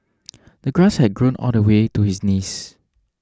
the grass had grown all the way to his knees